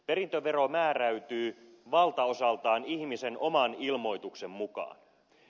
perintövero määräytyy valtaosaltaan ihmisen oman ilmoituksen mukaan